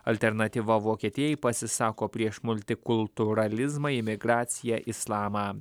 alternatyva vokietijai pasisako prieš multikultūralizmą imigraciją islamą